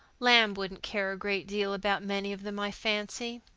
lamb wouldn't care a great deal about many of them, i fancy.